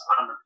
on